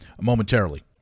momentarily